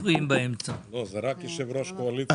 אנחנו